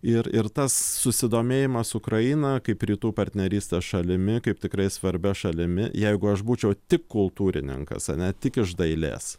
ir ir tas susidomėjimas ukraina kaip rytų partnerystės šalimi kaip tikrai svarbia šalimi jeigu aš būčiau tik kultūrininkas ane tik iš dailės